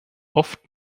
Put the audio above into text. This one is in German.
oft